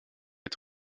est